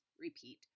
repeat